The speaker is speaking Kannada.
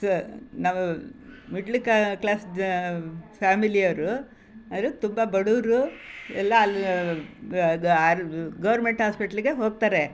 ಸ್ ನಾವು ಮಿಡ್ಲ್ ಕಾ ಕ್ಲಾಸ್ ಫ್ಯಾಮಿಲಿ ಅವರು ಅವರು ತುಂಬ ಬಡವರು ಎಲ್ಲ ಅಲ್ಲಿ ಗೌರ್ಮೆಂಟ್ ಹಾಸ್ಪಿಟ್ಲಿಗೆ ಹೋಗ್ತಾರೆ